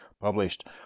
published